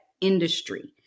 industry